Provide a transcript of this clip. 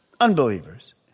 unbelievers